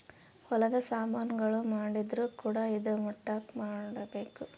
ಹೊಲದ ಸಾಮನ್ ಗಳು ಮಾಡಿದ್ರು ಕೂಡ ಇದಾ ಮಟ್ಟಕ್ ಮಾಡ್ಬೇಕು